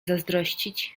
zazdrościć